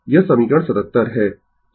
यह समीकरण 77 है